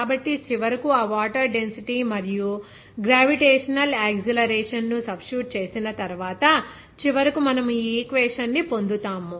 కాబట్టి చివరకు ఆ వాటర్ డెన్సిటీ మరియు గ్రావిటేషనల్ యాక్సిలరేషన్ ను సబ్స్టిట్యూట్ చేసిన తరువాత చివరకు మనము ఈ ఈక్వేషన్ ని పొందుతున్నాము